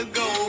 go